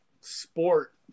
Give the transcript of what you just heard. sport